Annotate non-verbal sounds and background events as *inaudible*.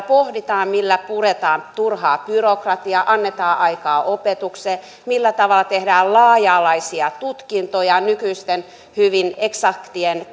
*unintelligible* pohditaan millä puretaan turhaa byrokratiaa annetaan aikaa opetukseen millä tavalla tehdään laaja alaisia tutkintoja nykyisten hyvin eksaktien *unintelligible*